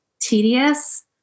tedious